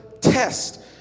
test